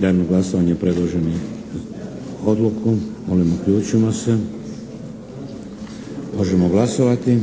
Dajem na glasovanje predloženu odluku. Molim uključimo se. Možemo glasovati.